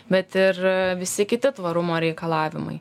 bet ir visi kiti tvarumo reikalavimai